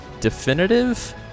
definitive